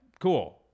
cool